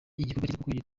igikorwa